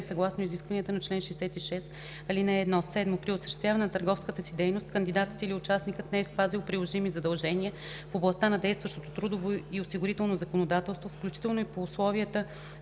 съгласно изискването на чл. 66, ал. 1; 7. при осъществяване на търговската си дейност; кандидатът или участникът не е спазил приложими задължения в областта на действащото трудово и осигурително законодателство включително и по условията